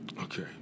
Okay